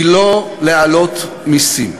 היא לא להעלות מסים.